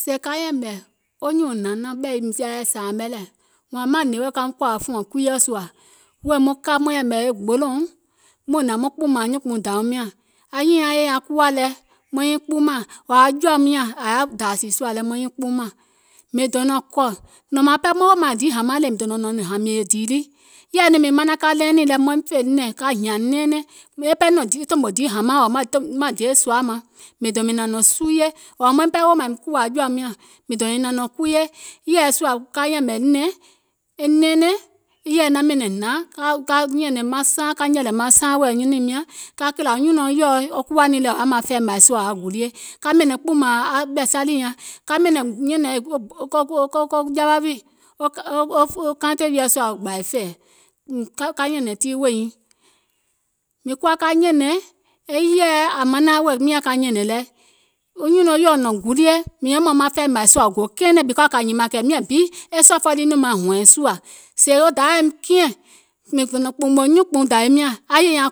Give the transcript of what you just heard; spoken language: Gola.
Sèè ka yɛ̀mɛ̀ nyùùŋ hnȧŋ ɓɛ̀i sia yɛi sȧȧmɛ lɛ̀, wȧȧŋ maŋ hnè wèè kaum kòȧ fùɔ̀ŋ kuiɔ̀ sùȧ, wèè maŋ ka maŋ yɛ̀mɛ̀ e gbolòùŋ, muŋ hnȧŋ muŋ kpùùmȧŋ nyuùnkpùuŋ dȧwiim nyȧŋ, anyùùŋ nyaŋ yè nyaŋ kuwȧ lɛ maŋ nyiŋ kpuumȧŋ, a jɔ̀ȧum nyȧŋ maŋ nyiŋ kpuumȧŋ, mìŋ dònȧŋ kɔ̀, nɔ̀ŋ ɓɛɛ diì hàmaŋ le mìŋ donȧŋ nɔ̀ŋ hìmìè dìì lii, ka hìȧŋ nɛɛnɛŋ, maim ɓɛɛ woò mȧȧŋ kùwà jɔ̀ȧum nyȧŋ mìŋ dònȧŋ nyiŋ nɔ̀ŋ kuwue, yɛ̀ɛ sùȧ ka yɛ̀mɛ̀ nɛɛnɛŋ, ka yɛ̀mɛ̀ nɛ̀ŋ yɛ̀ɛ naŋ ɓɛ̀nɛ̀ŋ hnȧaŋ ka nyɛ̀lɛ̀ maŋ saaŋ nyɛ̀lɛ̀ maŋ saaŋ wèè anyunùim nyȧŋ, e kìlȧ nyùnɔ̀ɔŋ yɛ̀ɔ kuwȧ nìŋ lɛ̀ yaȧ fɛɛ̀mȧì sùȧ yaȧ gulie ka ɓɛ̀nɛ̀ŋ kpùùmȧŋ a ɓɛ̀ salì nyaŋ, mìŋ kuwa ka nyɛ̀nɛ̀ŋ e yèɛ ȧ manaŋ ka nyɛ̀nɛ̀ŋ lɛ, sèè wo dayȧ woum kiɛ̀ŋ mìŋ dònȧŋ kpùùmò nyuùnkpùuŋ dawiim nyȧŋ, aŋ jaa